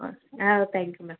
ஆ ஆ thank you ma'am